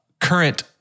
current